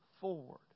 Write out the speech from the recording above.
forward